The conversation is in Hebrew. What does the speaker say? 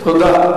תודה.